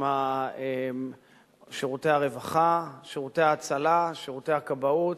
עם שירותי הרווחה, שירותי ההצלה, שירותי הכבאות,